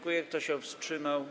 Kto się wstrzymał?